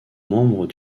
membre